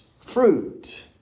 fruit